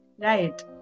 Right